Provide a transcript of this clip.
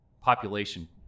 population